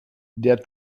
der